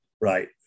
right